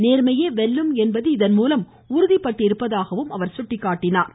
நேர்மையே வெல்லும் என்பது இதன்மூலம் உறுதிபடுத்தப்பட்டிருப்பதாக அவர் சுட்டிக்காட்டினார்